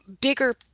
bigger